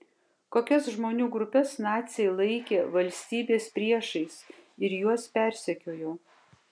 kokias žmonių grupes naciai laikė valstybės priešais ir juos persekiojo